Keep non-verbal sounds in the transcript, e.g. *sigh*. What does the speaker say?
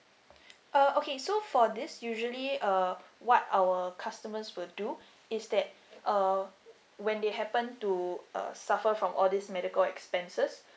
*breath* uh okay so for this usually uh what our customers will do is that uh when they happen to uh suffer from all these medical expenses